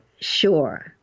sure